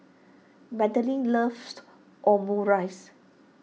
Madeline loves Omurice